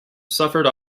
suffered